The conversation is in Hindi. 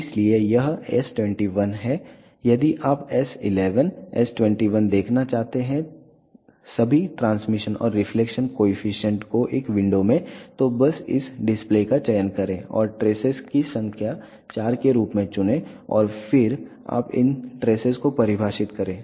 इसलिए यह S21 है यदि आप S11 S21 देखना चाहते हैं सभी ट्रांसमिशन और रिफ्लेक्शन कॉएफिशिएंट को एक विंडो में तो बस इस डिस्प्ले का चयन करें और ट्रेसेस की संख्या 4 के रूप में चुनें और फिर आप इन ट्रेसेस को परिभाषित करें